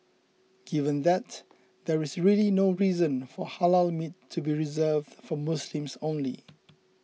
given that there is really no reason for Halal meat to be reserved for Muslims only